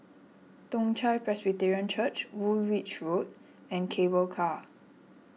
Toong Chai Presbyterian Church Woolwich Road and Cable Car